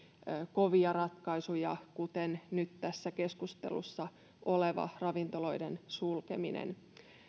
kovia ratkaisuja kuten nyt tässä keskustelussa oleva ravintoloiden sulkeminen